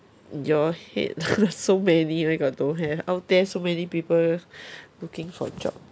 your head so many where got don't have out there so many people looking for job